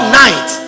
night